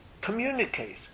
Communicate